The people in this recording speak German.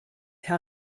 herr